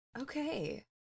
okay